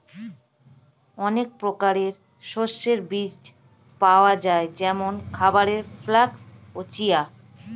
অনেক প্রকারের শস্যের বীজ পাওয়া যায় যেমন খাবারের ফ্লাক্স, চিয়া